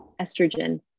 estrogen